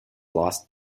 lost